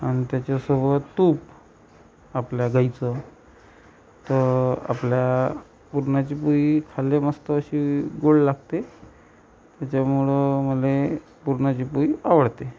अन त्याच्यासोबत तूप आपल्या गाईचं तर आपल्या पुरणाची पोळी खाल्ले मस्त अशी गोड लागते त्याच्यामुळं मला पुरणाची पोळी आवडते